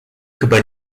chyba